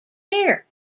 here